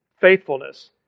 faithfulness